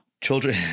Children